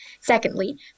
Secondly